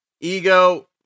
ego